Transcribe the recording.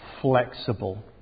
flexible